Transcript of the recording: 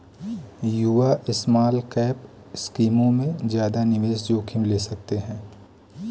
युवा स्मॉलकैप स्कीमों में ज्यादा निवेश जोखिम ले सकते हैं